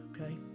okay